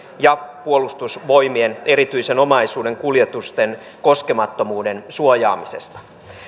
ja puolustusvoimien erityisen omaisuuden kuljetusten koskemattomuuden suojaamista